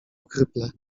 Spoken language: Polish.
ochryple